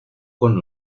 con